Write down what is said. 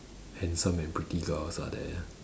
handsome and pretty girls are there